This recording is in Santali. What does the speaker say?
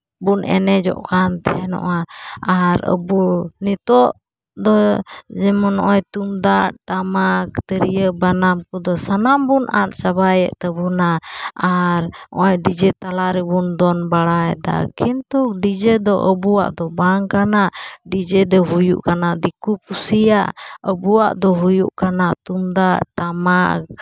ᱵᱚᱱ ᱮᱱᱮᱡᱚᱜ ᱠᱟᱱ ᱛᱟᱦᱮᱱᱚᱜᱼᱟ ᱟᱨ ᱟᱵᱚ ᱱᱤᱛᱚᱜ ᱫᱚ ᱡᱮᱢᱚᱱ ᱱᱚᱜᱼᱚᱸᱭ ᱛᱩᱢᱫᱟᱜ ᱴᱟᱢᱟᱠ ᱛᱤᱨᱭᱳ ᱵᱟᱱᱟᱢ ᱠᱚᱫᱚ ᱥᱟᱱᱟᱢ ᱵᱚᱱ ᱟᱫ ᱪᱟᱵᱟᱭᱮᱜ ᱛᱟᱵᱚᱱᱟ ᱟᱨ ᱱᱚᱜᱼᱚᱸᱭ ᱰᱤᱡᱮ ᱛᱟᱞᱟ ᱨᱮᱵᱚᱱ ᱫᱚᱱ ᱵᱟᱲᱟᱭᱫᱟ ᱠᱤᱱᱛᱩ ᱰᱤᱡᱮ ᱫᱚ ᱟᱵᱚᱣᱟᱜ ᱫᱚ ᱵᱟᱝ ᱠᱟᱱᱟ ᱰᱤᱡᱮ ᱫᱚ ᱦᱩᱭᱩᱜ ᱠᱟᱱᱟ ᱫᱤᱠᱩ ᱯᱩᱥᱤᱭᱟᱜ ᱟᱵᱚᱣᱟᱜ ᱫᱚ ᱦᱩᱭᱩᱜ ᱠᱟᱱᱟ ᱛᱩᱢᱫᱟᱜ ᱴᱟᱢᱟᱠ